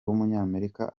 w’umunyamerika